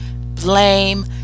blame